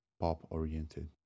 pop-oriented